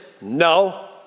no